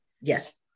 Yes